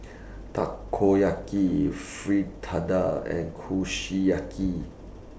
Takoyaki Fritada and Kushiyaki